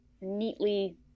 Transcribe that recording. neatly